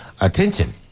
attention